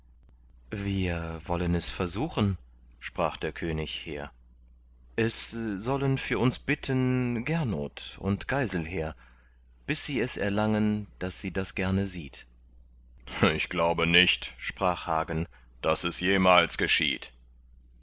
wir wollen es versuchen sprach der könig hehr es sollen für uns bitten gernot und geiselher bis sie es erlangen daß sie das gerne sieht ich glaube nicht sprach hagen daß es jemals geschieht